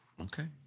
okay